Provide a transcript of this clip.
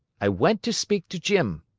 i went to speak to jim.